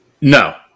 No